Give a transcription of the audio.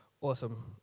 awesome